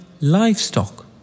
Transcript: livestock